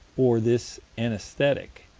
or this anaesthetic,